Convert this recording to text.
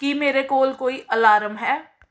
ਕੀ ਮੇਰੇ ਕੋਲ ਕੋਈ ਅਲਾਰਮ ਹੈ